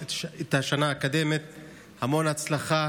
מכובדי היושב-ראש,